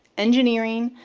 engineering,